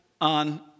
on